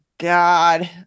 God